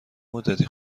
مدتی